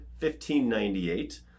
1598